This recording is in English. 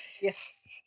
yes